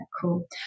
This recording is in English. cool